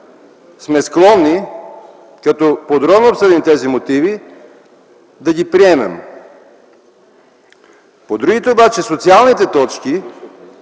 сме склонни като подробно обсъдим тези мотиви, да ги приемем. По другите обаче, социалните точки,